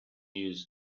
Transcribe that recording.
used